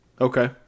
okay